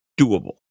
doable